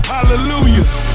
Hallelujah